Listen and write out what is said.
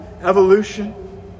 evolution